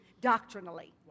doctrinally